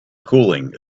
cooling